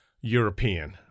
European